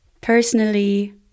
personally